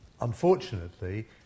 unfortunately